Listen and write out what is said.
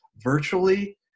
virtually